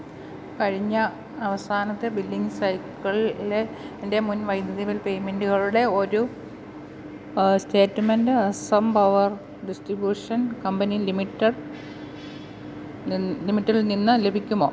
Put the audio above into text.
കഴിഞ്ഞ അവസാനത്തെ ബില്ലിംഗ് സൈക്കിളിലെ എൻ്റെ മുൻ വൈദ്യുതി ബിൽ പേയ്മെൻ്റുകളുടെ ഒരു statement Assam power distribution company limited ലിമിറ്റഡിൽ നിന്നു ലഭിക്കുമോ